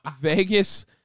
Vegas